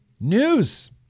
news